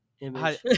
image